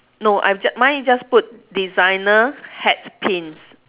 no i ju~ mine is just put designer hat pins